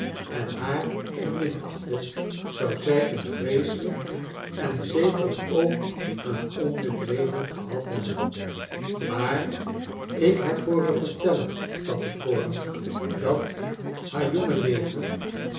en er haar om minachtte zou zij een vreeselijk en zeker ook een onnut leven gehad hebben maar ik heb hooren vertellen tattycoram dat haar jonge leven